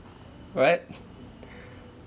what